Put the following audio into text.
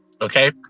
Okay